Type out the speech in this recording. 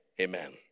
amen